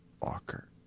Walker